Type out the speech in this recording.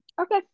Okay